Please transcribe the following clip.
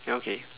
okay